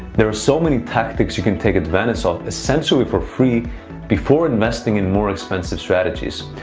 there are so many tactics you can take advantage of essentially for free before investing in more expensive strategies.